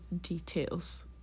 details